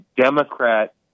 Democrat